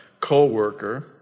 co-worker